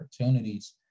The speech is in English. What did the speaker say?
opportunities